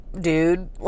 dude